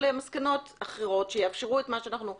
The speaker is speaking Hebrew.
למסקנות אחרות שיאפשרו את מה שאנחנו מציעים.